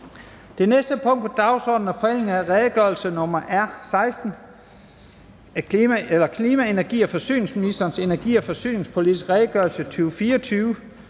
Det næste punkt på dagsordenen er: 31) Forhandling om redegørelse nr. R 16: Klima- energi- og forsyningsministerens energi- og forsyningspolitisk redegørelse 2024.